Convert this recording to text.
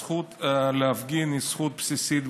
הזכות להפגין היא זכות בסיסית,